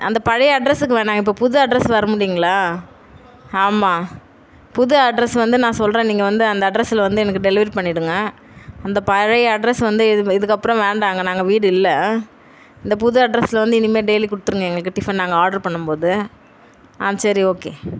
அந்த பழைய அட்ரஸுக்கு வேணாம் இப்போ புது அட்ரஸ் வரமுடியுங்களா ஆமாம் புது அட்ரஸு வந்து நான் சொல்கிறேன் நீங்கள் வந்து அந்த அட்ரஸில் வந்து எனக்கு டெலிவரி பண்ணிவிடுங்க அந்த பழைய அட்ரஸ் வந்து இது இதுக்கப்புறம் வேண்டாங்க நாங்கள் வீடு இல்லை இந்த புது அட்ரஸில் வந்து இனிமே டெய்லி கொடுத்துருங்க எங்களுக்கு டிஃபன் நாங்கள் ஆர்ட்ரு பண்ணும்போது ஆ சரி ஓகே